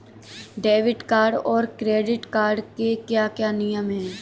Debit card और credit card के क्या क्या नियम हैं?